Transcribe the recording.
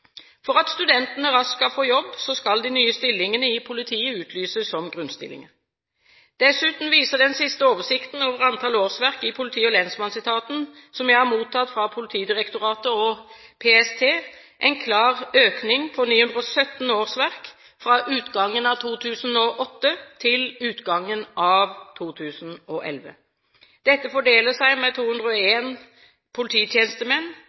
For at studentene raskt skal få jobb, skal de nye stillingene i politiet utlyses som grunnstillinger. Dessuten viser den siste oversikten over antall årsverk i politi- og lensmannsetaten som jeg har mottatt fra Politidirektoratet og PST, en klar økning på 917 årsverk fra utgangen av 2008 til utgangen av 2011. Dette fordeler seg med 201 polititjenestemenn, 15 jurister og